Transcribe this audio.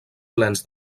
plens